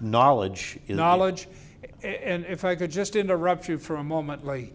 knowledge is knowledge and if i could just interrupt you for a moment like